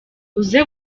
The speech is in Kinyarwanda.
uze